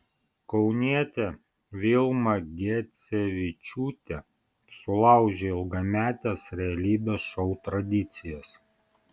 kaunietė vilma gecevičiūtė sulaužė ilgametes realybės šou tradicijas